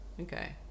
okay